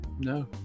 No